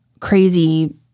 crazy